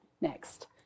Next